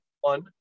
one